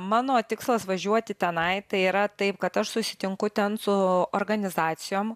mano tikslas važiuoti tenai tai yra taip kad aš susitinku ten su organizacijom